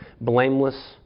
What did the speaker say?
blameless